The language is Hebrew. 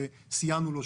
שסייענו לו,